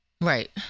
right